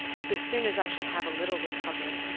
so soon as i shall have a little recovered,